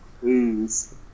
please